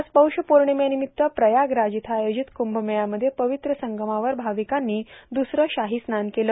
आज पौष पौर्णिमेनिमित्त प्रयागराज इथं आयोजित कुंभमेळ्यामध्ये प्रवित्र संगमावर भाविकांनी दुसरं शाही स्नान केलं